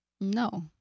No